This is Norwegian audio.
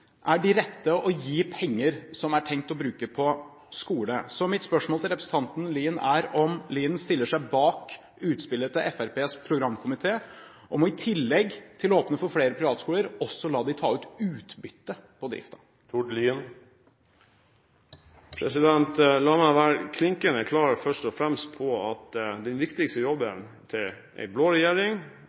er de rette å gi penger som er ment for å bruke på skole. Mitt spørsmål til representanten Lien er: Stiller Lien seg bak utspillet til Fremskrittspartiets programkomité om at man i tillegg til å åpne for flere privatskoler også vil la dem ta utbytte av driften? La meg være klinkende klar først og fremst på at den viktigste jobben til en blå regjering